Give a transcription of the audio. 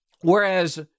Whereas